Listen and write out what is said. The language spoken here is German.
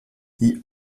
die